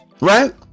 right